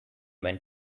went